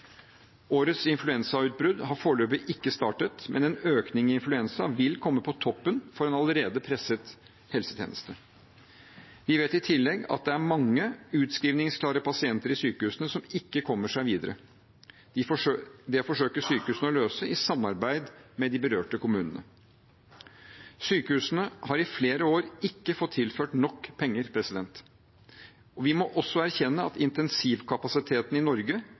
Årets influensautbrudd har foreløpig ikke startet, men en økning i influensa vil komme på toppen for en allerede presset helsetjeneste. Vi vet i tillegg at det er mange utskrivningsklare pasienter i sykehusene som ikke kommer seg videre. Det forsøker sykehusene å løse i samarbeid med de berørte kommunene. Sykehusene har i flere år ikke fått tilført nok penger, og vi må også erkjenne at intensivkapasiteten i Norge